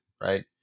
Right